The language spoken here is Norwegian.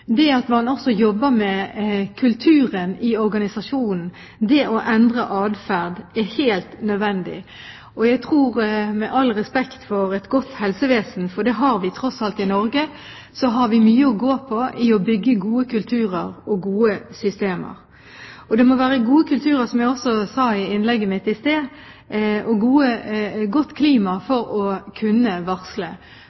Det at man også jobber med kulturen i organisasjonen, det å endre adferd, er helt nødvendig. Jeg tror – med all respekt for et godt helsevesen, for det har vi tross alt i Norge – at vi har mye å gå på når det gjelder å bygge gode kulturer og gode systemer. Det må være gode kulturer, som jeg også sa i innlegget mitt i sted, og godt klima